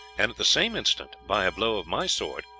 and at the same instant, by a blow of my sword,